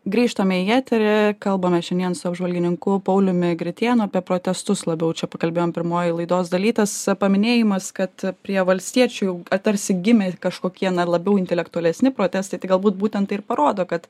grįžtame į eterį kalbame šiandien su apžvalgininku pauliumi gritėnu apie protestus labiau čia pakalbėjom pirmoji laidos dalytas paminėjimas kad prie valstiečių tarsi gimė kažkokie na ar labiau intelektualesni protestai tai galbūt būtent tai ir parodo kad